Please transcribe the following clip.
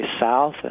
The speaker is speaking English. south